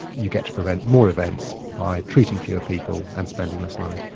you get to prevent more events by treating fewer people and spending less money.